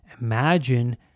Imagine